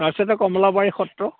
তাৰপিছতে কমলাবাৰী সত্ৰ